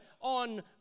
on